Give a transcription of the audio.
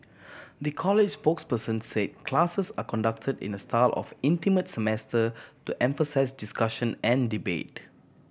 the college's spokesperson say classes are conducted in the style of intimate seminar to emphasise discussion and debate